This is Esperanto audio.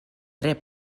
tre